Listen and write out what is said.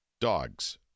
dogs